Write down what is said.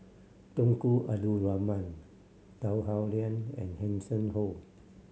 Tunku Abdul Rahman Tan Howe Liang and Hanson Ho